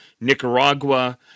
Nicaragua